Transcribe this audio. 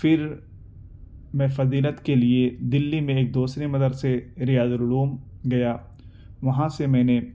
پھر میں فضیلت کے لیے دلی میں ہی ایک دوسرے مدرسے ریاض العلوم گیا وہاں سے میں نے